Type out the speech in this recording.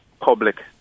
Public